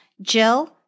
Jill